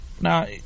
Now